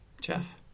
jeff